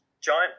giant